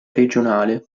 regionale